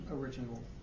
original